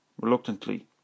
reluctantly